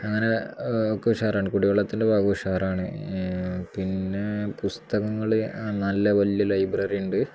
അങ്ങനെ ഒക്കെ ഉഷാറാകുന്നുണ്ട് കുടിവെളത്തിൻ്റെ ഭാഗം ഉഷാറാണ് പിന്നെ പുസ്തകങ്ങൾ നല്ല വലിയ ലൈബ്രറി ഉണ്ട്